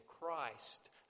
Christ